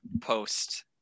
post